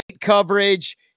coverage